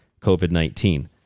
COVID-19